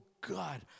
God